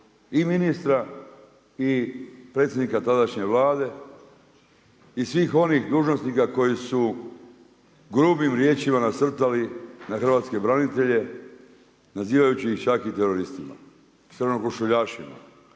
i ministra i predsjednika tadašnje Vlade i svih onih dužnosnika koji su grubim riječima nasrtali na hrvatske branitelje nazivajući ih čak i teroristima, crnokošuljašima